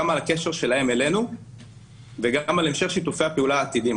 גם על הקשר שלהם אלינו וגם על המשך שיתופי הפעולה העתידיים.